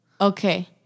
Okay